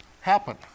happen